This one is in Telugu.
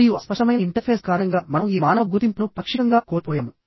మరియు అస్పష్టమైన ఇంటర్ఫేస్ కారణంగా మనం ఈ మానవ గుర్తింపును పాక్షికంగా కోల్పోయాము